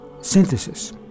synthesis